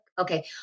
Okay